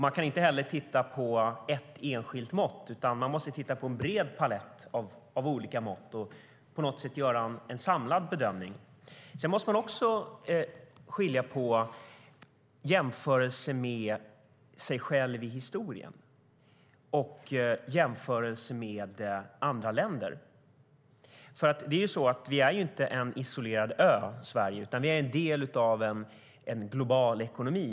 Man kan inte heller titta på ett enskilt mått, utan man måste titta på en bred palett av olika mått och göra en samlad bedömning. Sedan måste man också skilja på jämförelser med sig själv i historien och jämförelser med andra länder. Sverige är inte en isolerad ö utan en del av en global ekonomi.